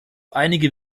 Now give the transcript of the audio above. einige